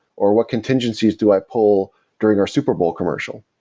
or what contingencies do i pull during our super bowl commercial,